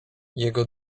jego